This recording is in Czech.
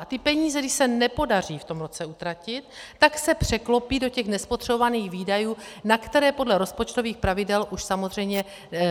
A ty peníze, když se je nepodaří v tom roce utratit, tak se překlopí do těch nespotřebovaných výdajů, na které podle rozpočtových pravidel už samozřejmě